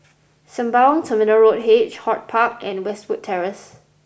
Sembawang Terminal H HortPark and Westwood Terrace